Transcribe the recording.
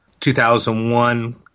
2001